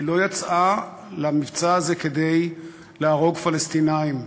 היא לא יצאה למבצע הזה כדי להרוג פלסטינים,